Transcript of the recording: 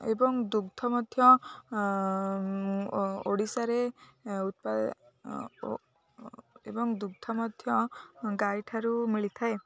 ଏବଂ ଦୁଗ୍ଧ ମଧ୍ୟ ଓଡ଼ିଶାରେ ଏବଂ ଦୁଗ୍ଧ ମଧ୍ୟ ଗାଈଠାରୁ ମିଳିଥାଏ